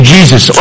Jesus